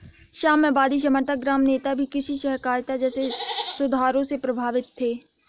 साम्यवादी समर्थक ग्राम नेता भी कृषि सहकारिता जैसे सुधारों से प्रभावित थे